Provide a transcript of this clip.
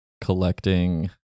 collecting